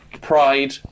pride